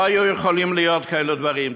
לא היו יכולים להיות כאלה דברים.